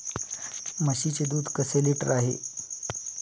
म्हशीचे दूध कसे लिटर आहे?